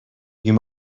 you